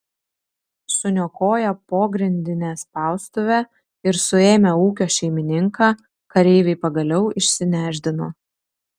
suniokoję pogrindinę spaustuvę ir suėmę ūkio šeimininką kareiviai pagaliau išsinešdino